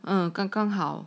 嗯刚刚好